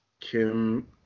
Kim